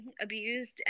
abused